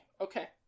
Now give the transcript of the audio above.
okay